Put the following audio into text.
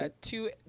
two